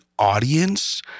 audience